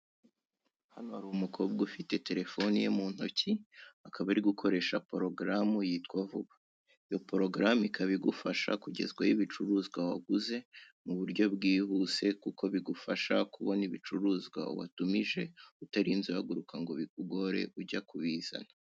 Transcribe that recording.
Hano hari umukobwa ufite Telefoni ye mu ntoki, akaba ari gukoresha porogaramu yitwa Vuba, iyo porogaramu ikaba igufasha kugezwaho ibicuruzwa waguze mu buryo bwihuse kuko bigufasha kubona ibicuruzwa watumije utarinze uhaguruka ngo bikugore ujya kubizana.